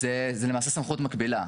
זו למעשה סמכות מקבילה.